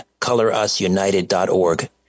colorusunited.org